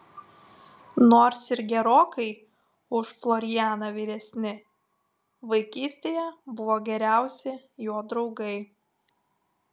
nors ir gerokai už florianą vyresni vaikystėje buvo geriausi jo draugai